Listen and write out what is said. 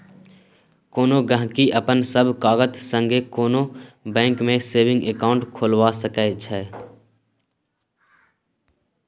कोनो गहिंकी अपन सब कागत संगे कोनो बैंक मे सेबिंग अकाउंट खोलबा सकै छै